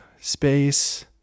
space